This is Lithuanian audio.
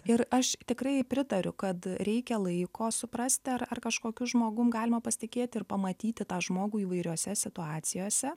ir aš tikrai pritariu kad reikia laiko suprasti ar ar kažkokiu žmogum galima pasitikėti ir pamatyti tą žmogų įvairiose situacijose